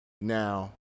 now